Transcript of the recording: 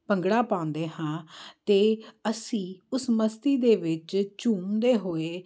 ਭੰਗੜਾ ਪਾਉਂਦੇ ਹਾਂ ਅਤੇ ਅਸੀਂ ਉਸ ਮਸਤੀ ਦੇ ਵਿੱਚ ਝੂਮਦੇ ਹੋਏ